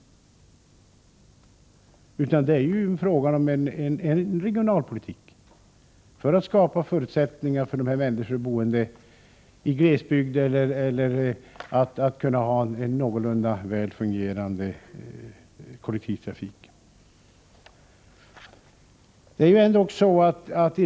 Det är fråga om regionalpolitik, för att skapa förutsättningar för de människor som bor i glesbygder och för att kunna ha en någorlunda väl fungerande kollektivtrafik.